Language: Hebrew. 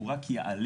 הוא רק יעלה,